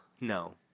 no